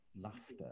laughter